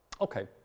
Okay